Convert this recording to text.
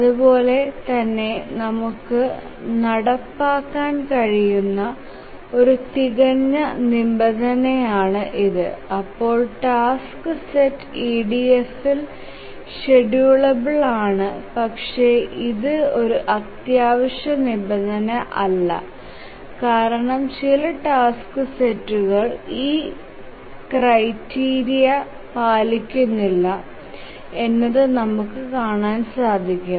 അപ്പോൾ task set EDFഇൽ ഷ്ഡ്യൂളബിൽ ആണ് പക്ഷെ ഇത് ഒരു അത്യാവശ്യ നിബന്ധന അല്ല കാരണം ചില ടാസ്ക് സെറ്റുകൾ ഈ ക്രൈറ്റീരിയ പാലിക്കുനില്ല എന്നത് നമുക്ക് കാണാൻ സാധിക്കും